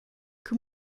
que